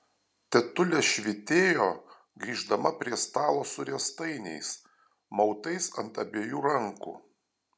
tetulė švytėjo grįždama prie stalo su riestainiais mautais ant abiejų rankų